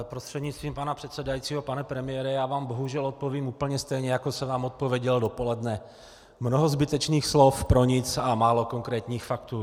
Prostřednictvím pana předsedajícího pane premiére, já vám bohužel odpovím úplně stejně, jako jsem vám odpověděl dopoledne: Mnoho zbytečných slov pro nic a málo konkrétních faktů.